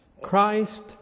Christ